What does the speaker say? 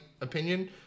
opinion